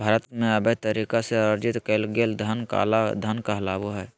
भारत में, अवैध तरीका से अर्जित कइल गेलय धन काला धन कहलाबो हइ